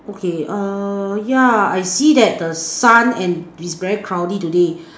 okay err yeah I see that the sun and is very cloudy today